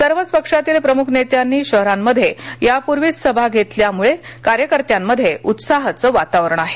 सर्वच पक्षातील प्रमुख नेत्यांनी शहरांमध्ये यापूर्वीच सभा घेतल्याने कार्यकर्त्यांमध्ये उत्साहाचे वातावरण आहे